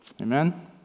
Amen